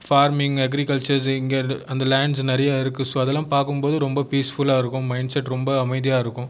farming agriculture இங்கே அந்த land நிறைய இருக்குது ஸோ அதெல்லாம் பார்க்கும் போது ரொம்ப பீஸ்ஃபுல்லாக இருக்கும் மைண்ட் செட் ரொம்ப அமைதியாக இருக்கும்